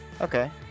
Okay